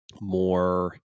more